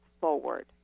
forward